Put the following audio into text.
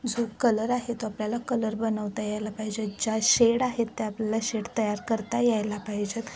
जो कलर आहे तो आपल्याला कलर बनवता यायला पाहिजेत ज्या शेड आहेत त्या आपल्याला शेड तयार करता यायला पाहिजेत